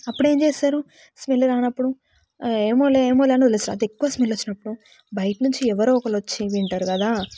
అప్పుడు ఏం చేస్తారు స్మెల్ రానప్పుడు ఏమోలే ఏమోలే అని వదిలేస్తారు అంతే ఎక్కువ స్మెల్ వచ్చినప్పుడు బయట నుంచి ఎవరో ఒకరు వచ్చి వింటారు కదా